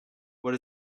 what